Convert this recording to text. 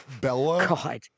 Bella